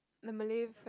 the Malay friend